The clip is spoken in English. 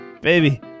baby